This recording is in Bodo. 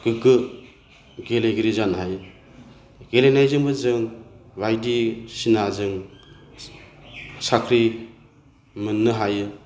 गोग्गो गेलेगिरि जानो हायो गेलेनायजोंबो जों बायदि सिना जों साख्रि मोननो हायो